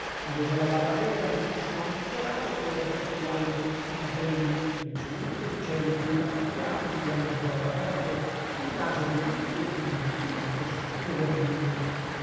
aveva la barba nera finissima un po rada e corta sulle guance i capegli riccioluti e lucenti la fronte ampia lo sguardo aperto il naso diritto e fine il labbro sottile e vermiglio